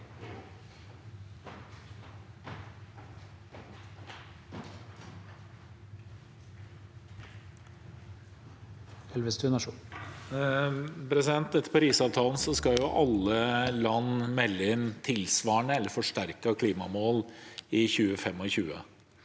Etter Parisavtalen skal alle land melde inn tilsvarende eller forsterkede klimamål i 2025.